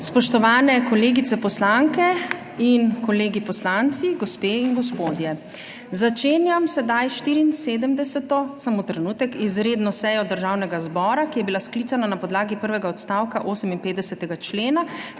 Spoštovani kolegice poslanke in kolegi poslanci, gospe in gospodje! Začenjam 74. izredno sejo Državnega zbora, ki je bila sklicana na podlagi prvega odstavka 58. člena